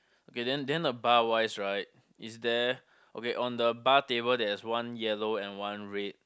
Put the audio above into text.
okay then then the bar wise right is there okay on the bar table there is one yellow and one red